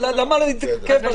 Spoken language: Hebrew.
למה להתעכב על זה?